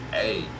hey